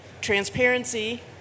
transparency